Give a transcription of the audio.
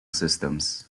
systems